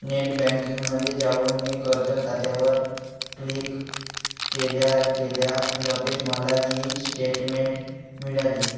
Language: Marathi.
नेट बँकिंगमध्ये जाऊन मी कर्ज खात्यावर क्लिक केल्या केल्या लगेच मला ई स्टेटमेंट मिळाली